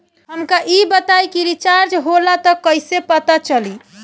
हमका ई बताई कि रिचार्ज होला त कईसे पता चली?